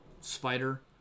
spider